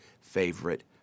favorite